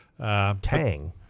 Tang